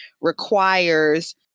requires